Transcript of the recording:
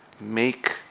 make